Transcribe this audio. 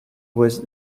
was